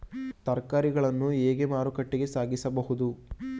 ತರಕಾರಿಗಳನ್ನು ಹೇಗೆ ಮಾರುಕಟ್ಟೆಗೆ ಸಾಗಿಸಬಹುದು?